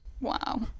Wow